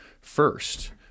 first